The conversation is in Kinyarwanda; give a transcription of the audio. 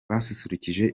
basusurukije